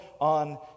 on